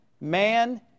man